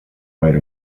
right